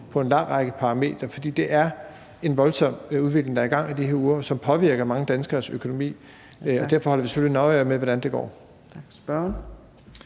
på en lang række parametre, for det er en voldsom udvikling, der er i gang i de her uger, som påvirker mange danskeres økonomi, og derfor holder vi selvfølgelig nøje øje med, hvordan det går.